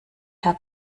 herr